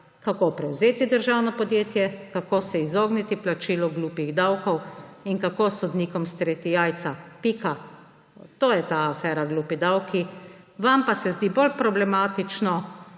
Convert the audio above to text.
kako prevzeti državno podjetje, kako se izogniti plačilu glupih davkov in kako sodnikom streti jajca. Pika. To je ta afera »glupi davki«. Vam pa se zdi bolj problematično